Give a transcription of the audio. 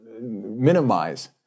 minimize